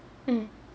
mm